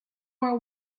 are